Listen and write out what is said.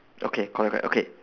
okay correct correct okay